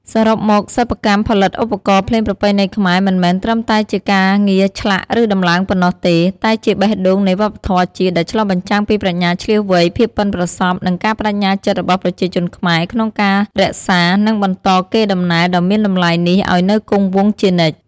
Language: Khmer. សរុបមក សិប្បកម្មផលិតឧបករណ៍ភ្លេងប្រពៃណីខ្មែរមិនមែនត្រឹមតែជាការងារឆ្លាក់ ឬដំឡើងប៉ុណ្ណោះទេ តែជាបេះដូងនៃវប្បធម៌ជាតិ ដែលឆ្លុះបញ្ចាំងពីប្រាជ្ញាឈ្លាសវៃ ភាពប៉ិនប្រសប់ និងការប្តេជ្ញាចិត្តរបស់ប្រជាជនខ្មែរក្នុងការរក្សា និងបន្តកេរដំណែលដ៏មានតម្លៃនេះឱ្យនៅគង់វង្សជានិច្ច។